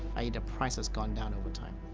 i e, the price has gone down over time.